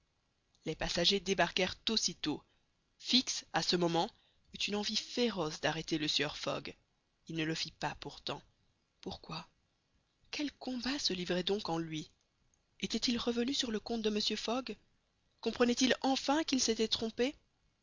les passagers débarquèrent aussitôt fix à ce moment eut une envie féroce d'arrêter le sieur fogg il ne le fit pas pourtant pourquoi quel combat se livrait donc en lui était-il revenu sur le compte de mr fogg comprenait-il enfin qu'il s'était trompé